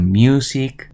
music